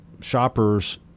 shoppers